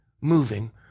moving